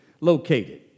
located